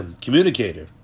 communicator